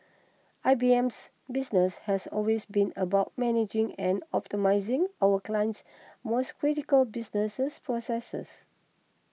I B M's business has always been about managing and optimising our clients most critical business processes